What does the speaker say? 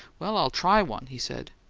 well, i'll try one, he said,